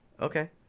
Okay